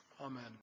Amen